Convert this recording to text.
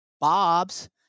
Bob's